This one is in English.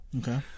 Okay